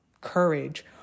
courage